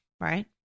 right